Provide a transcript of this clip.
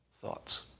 thoughts